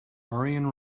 ariane